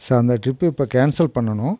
sir அந்த trip இப்போ cancel பண்ணணும்